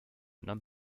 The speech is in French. nomme